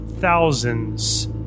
thousands